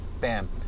Bam